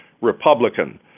Republican